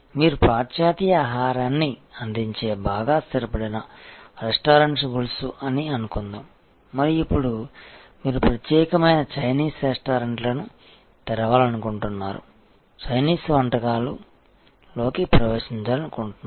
మీరు పాశ్చాత్య ఆహారాన్ని అందించే బాగా స్థిరపడిన రెస్టారెంట్ గొలుసు అని అనుకుందాం మరియు ఇప్పుడు మీరు ప్రత్యేకమైన చైనీస్ రెస్టారెంట్లను తెరవాలనుకుంటున్నారు చైనీస్ వంటకాలలోకి ప్రవేశించాలనుకుంటున్నారు